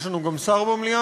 יש לנו גם שר במליאה?